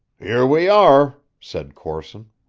here we are, said corson.